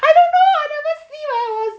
I don't know I never see when I was